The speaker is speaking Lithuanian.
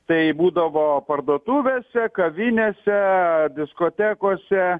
tai būdavo parduotuvėse kavinėse diskotekose